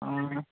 ஆ